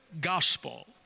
gospel